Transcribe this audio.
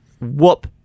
whoop